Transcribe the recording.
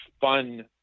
fun